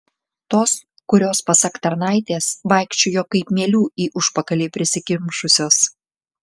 tos kurios pasak tarnaitės vaikščiojo kaip mielių į užpakalį prisikimšusios